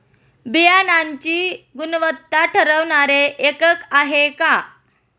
बियाणांची गुणवत्ता ठरवणारे एकक आहे का?